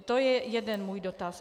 To je jeden můj dotaz.